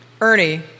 Ernie